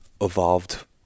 evolved